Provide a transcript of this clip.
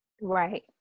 Right